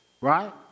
right